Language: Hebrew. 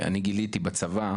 חברך בסיעה,